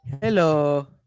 Hello